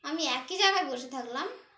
আমি একই জায়গায় বসে থাকলাম